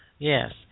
Yes